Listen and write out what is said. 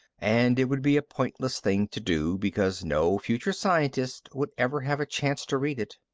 and it would be a pointless thing to do, because no future scientist would ever have a chance to read it.